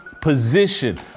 position